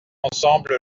ensemble